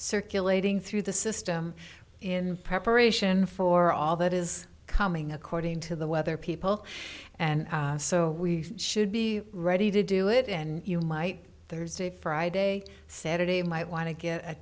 circulating through the system in preparation for all that is coming according to the weather people and so we should be ready to do it and you might thursday friday saturday might want to get a